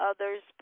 Others